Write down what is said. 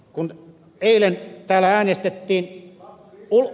kun eilen täällä äänestettiin ed